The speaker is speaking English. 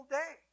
day